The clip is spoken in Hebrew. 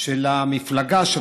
של המפלגה שלך,